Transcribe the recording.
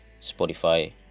Spotify